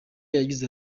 yagize